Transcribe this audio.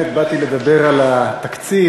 הנה באתי לדבר על התקציב,